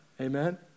Amen